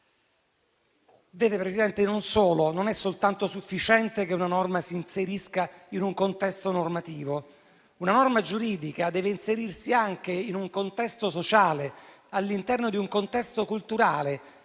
Signor Presidente, non basta che una norma si inserisca in un contesto normativo: una norma giuridica deve inserirsi anche in un contesto sociale, all'interno di un contesto culturale,